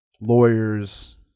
lawyers